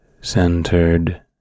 centered